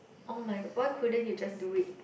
oh-my-god why couldn't you just do it